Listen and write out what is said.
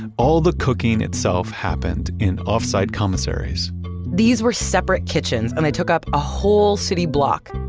and all the cooking itself happened in offsite commissaries these were separate kitchens, and they took up a whole city block.